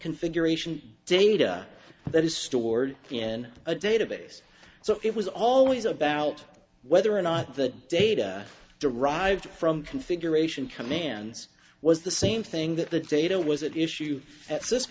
configuration data that is stored in a database so it was always about whether or not the data derived from configuration commands was the same thing that the data was at issue at cis